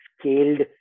scaled